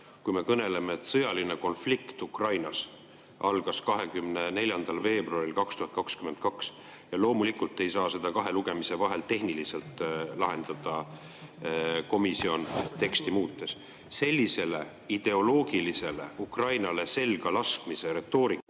kui me kõneleme, et sõjaline konflikt Ukrainas algas 24. veebruaril 2022. Loomulikult ei saa seda kahe lugemise vahel komisjon tehniliselt lahendada teksti muutes. Sellisele ideoloogilisele, Ukrainale selga laskmise retoorikale